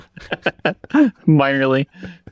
minorly